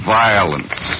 violence